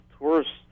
tourists